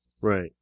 Right